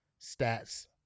stats